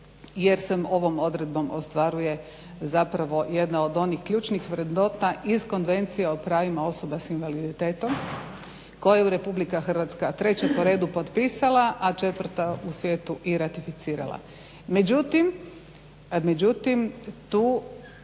jer se ovom odredbom ostvaruje jedna od onih ključnih vrednota iz Konvencije o pravima osoba s invaliditetom koju RH treća po redu potpisala, a četvrta u svijetu i ratificirala. Međutim te